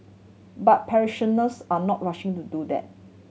but parishioners are not rushing to do that